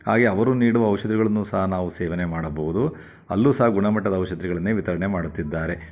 ಹಾಗೇ ಅವರು ನೀಡುವ ಔಷಧಿಗಳನ್ನು ಸಹ ನಾವು ಸೇವನೆ ಮಾಡಬೌದು ಅಲ್ಲೂ ಸಹ ಗುಣಮಟ್ಟದ ಔಷಧಿಗಳನ್ನೇ ವಿತರಣೆ ಮಾಡುತ್ತಿದ್ದಾರೆ